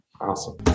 awesome